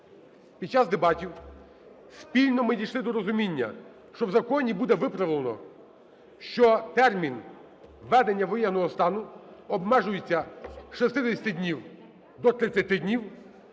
під час дебатів спільно ми дійшли до розуміння, що в законі буде виправлено, що термін введення воєнного стану обмежується з 60 днів до 30 днів,